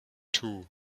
two